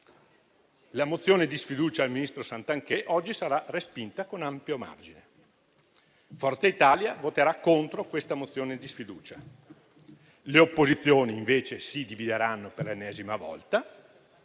La mozione di sfiducia alla ministra Santanchè oggi sarà respinta con ampio margine. Forza Italia esprimerà voto contrario. Le opposizioni invece si divideranno per l'ennesima volta,